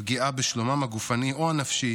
פגיעה בשלומם הגופני או הנפשי